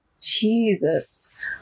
Jesus